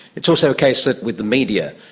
it's also a case that with the media,